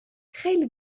خیلی